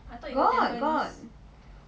got got